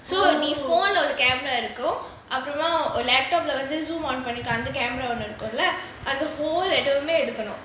so only phone on camera இருக்கும்:irukkum or laptop leh வந்து:vanthu zoom on பண்ணி:panni camera இருக்கும்ல:irukkumla and the whole இடமே எடுக்கணும்:idamae edukkanum